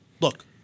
look